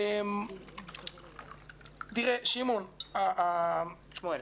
תראה, שמואל,